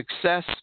success